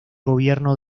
gobierno